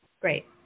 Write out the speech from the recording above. Great